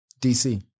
dc